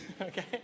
Okay